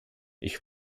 ich